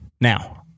Now